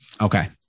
Okay